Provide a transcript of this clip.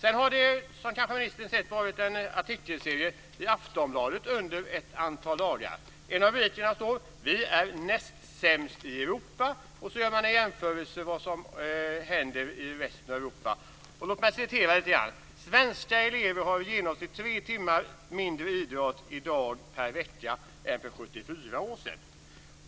Som ministern kanske har sett har det varit en artikelserie i Aftonbladet under ett antal dagar. I en av rubrikerna står: Vi är näst sämst i Europa. Man gör sedan en jämförelse med vad som händer i resten av Europa. Låt mig läsa lite grann: Svenska elever har i genomsnitt tre timmar mindre idrott i dag per vecka än för 74 år sedan.